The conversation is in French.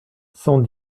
cent